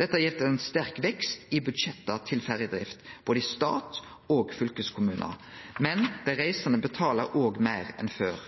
Dette har gitt ein sterk vekst i budsjetta til ferjedrift, både i stat og fylkeskommune. Men dei reisande betalar òg meir enn før.